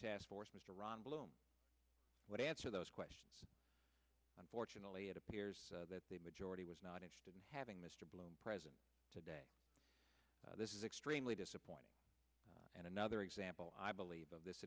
task force mr ron bloom what i answer those questions unfortunately it appears that the majority was not interested in having mr bloom present today this is extremely disappointing and another example i believe of this